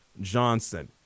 Johnson